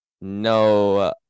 No